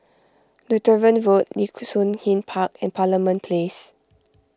Lutheran Road Nee Soon East Park and Parliament Place